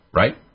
right